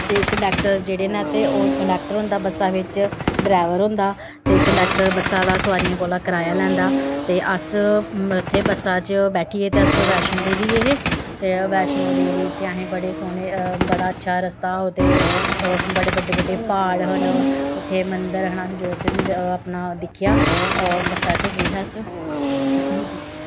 ते कंडैक्टर जेह्ड़े न ओह् कंडैक्टर होंदा बस्सै बिच्च ड्रैवर होंदा ते कंडैक्टर बसा दा सवारियैं कोला कराया लैंदा ते अस इत्थें बस्सै च बैठियै ते अस बैशनों देवी गे हे ते बैशनो देवी इत्थें असें बड़े सोह्ने बड़ा अच्छा रस्ता ओह् ते बड़े बड्डे बड्डे प्हाड़ न उत्थें मन्दर न जो उत्थें अपना दिक्खेआ बसा च गे हे अस